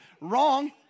Wrong